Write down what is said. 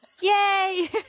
Yay